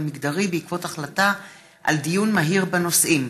מגדרי בעקבות דיון מהיר בהצעתה של חברת הכנסת מיכל בירן בנושא: